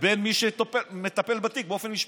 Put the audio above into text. לבין מי שמטפל בתיק באופן משפטי,